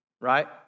right